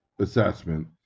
assessment